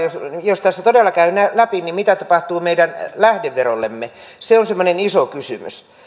jos jos tätä todella käy läpi niin mitä tapahtuu meidän lähdeverollemme se on semmoinen iso kysymys